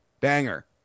banger